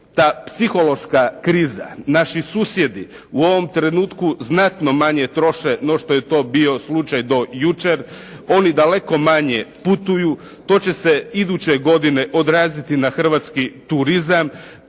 ta psihološka kriza. Naši susjedi u ovom trenutku znatno manje troše nego što je to bio slučaj do jučer, oni daleko manje putuju, to će se iduće godine odraziti na hrvatski turizam,